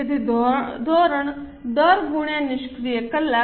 તેથી ધોરણ દર ગુણ્યા નિષ્ક્રિય કલાક